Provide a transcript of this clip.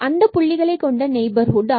அந்த புள்ளிகளை கொண்ட நெய்பர்ஹுட்ல்